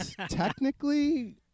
technically